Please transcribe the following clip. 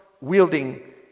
wielding